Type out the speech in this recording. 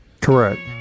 Correct